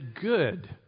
good